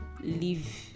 leave